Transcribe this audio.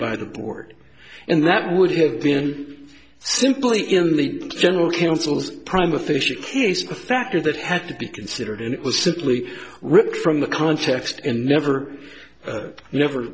by the board and that would have been simply in the general counsel's prime official case perfecter that had to be considered and it was simply ripped from the context and never never